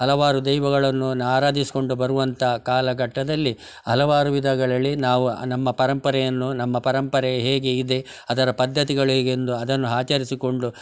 ಹಲವಾರು ದೈವಗಳನ್ನು ಆರಾಧಿಸಿಕೊಂಡು ಬರುವಂಥ ಕಾಲಘಟ್ಟದಲ್ಲಿ ಹಲವಾರು ವಿಧಗಳಲಿ ನಾವು ನಮ್ಮ ಪರಂಪರೆಯನ್ನು ನಮ್ಮ ಪರಂಪರೆ ಹೇಗೆ ಇದೆ ಅದರ ಪದ್ದತಿಗಳು ಹೇಗೆಂದು ಅದನ್ನು ಆಚರಿಸಿಕೊಂಡು